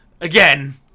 Again